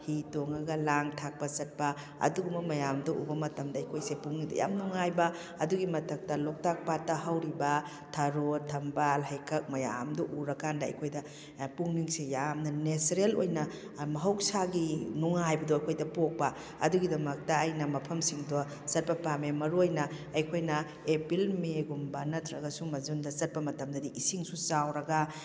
ꯍꯤ ꯇꯣꯡꯉꯒ ꯂꯥꯡ ꯊꯥꯛꯄ ꯆꯠꯄ ꯑꯗꯨꯒꯨꯝꯕ ꯃꯌꯥꯝꯗꯨ ꯎꯕ ꯃꯇꯝꯗ ꯑꯩꯈꯣꯏꯁꯦ ꯄꯨꯛꯅꯤꯡꯗ ꯌꯥꯝꯅ ꯅꯨꯡꯉꯥꯏꯕ ꯑꯗꯨꯒꯤ ꯃꯊꯛꯇ ꯂꯣꯛꯇꯥꯛ ꯄꯥꯠꯇ ꯍꯧꯔꯤꯕ ꯊꯔꯣ ꯊꯝꯕꯥꯜ ꯍꯩꯀꯛ ꯃꯌꯥꯝꯗꯣ ꯎꯔꯀꯥꯟꯗ ꯑꯩꯈꯣꯏꯗ ꯄꯨꯛꯅꯤꯡꯁꯦ ꯌꯥꯝꯅ ꯅꯦꯆꯔꯦꯜ ꯑꯣꯏꯅ ꯃꯍꯧꯁꯥꯒꯤ ꯅꯨꯡꯉꯥꯏꯕꯗꯣ ꯑꯩꯈꯣꯏꯗ ꯄꯣꯛꯄ ꯑꯗꯨꯒꯤꯗꯃꯛꯇ ꯑꯩꯅ ꯃꯐꯝꯁꯤꯡꯗꯣ ꯆꯠꯄ ꯄꯥꯝꯃꯦ ꯃꯔꯨꯑꯣꯏꯅ ꯑꯩꯈꯣꯏꯅ ꯑꯦꯄ꯭ꯔꯤꯜ ꯃꯦꯒꯨꯝꯕ ꯅꯠꯇ꯭ꯔꯒ ꯁꯨꯝꯕ ꯖꯨꯟꯗ ꯆꯠꯄ ꯃꯇꯝꯗꯗꯤ ꯏꯁꯤꯡꯁꯨ ꯆꯥꯎꯔꯒ